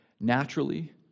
naturally